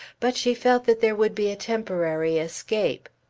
but she felt that there would be a temporary escape.